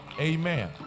Amen